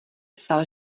psal